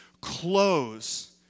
close